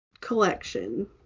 collection